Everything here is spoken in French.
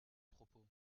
propos